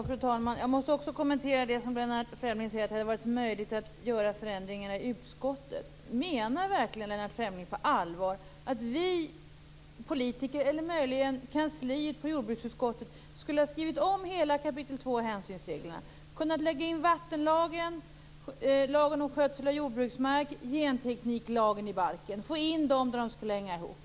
Fru talman! Jag måste också kommentera det som Lennart Fremling säger om att det hade varit möjligt att göra förändringarna i utskottet. Menar han verkligen på allvar att vi politiker, eller möjligen kansliet, i jordbruksutskottet skulle ha skrivit om hela kapitel två i hänsynsreglerna? Skulle vi ha kunnat lägga in vattenlagen, lagen om skötsel av jordbruksmark och gentekniklagen i balken? Skulle vi ha kunnat få in dem där de skall hänga ihop?